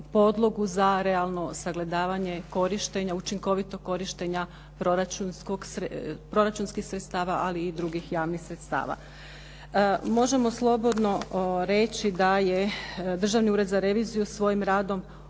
za realno sagledavanje korištenja, učinkovitog korištenja proračunskih sredstava ali i drugih javnih sredstava. Možemo slobodno reći da je Državni ured za reviziju svojim radom